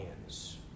hands